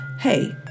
hey